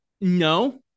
No